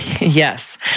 Yes